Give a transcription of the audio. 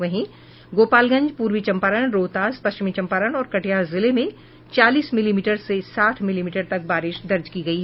वहीं गोपालगंज पूर्वी चंपारण रोहतास पश्चिमी चंपारण और कटिहार जिले में चालीस मिलीमीटर से साठ मिलीमीटर तक बारिश दर्ज की गयी